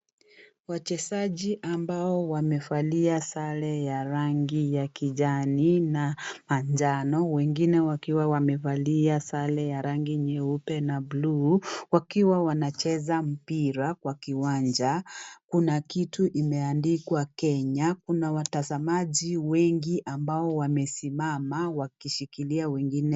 Wachezaji ambao wamevalia sare ya rangi ya kijani na manjano wengine wakiwa wamevalia sare ya rangi nyeupe na buluu wakiwa wanacheza mpira kwa kiwanja, kuna kitu imeandikwa Kenya, kuna watazamaji wengi ambao wamesimama wakishikilia wengine.